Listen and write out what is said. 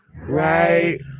Right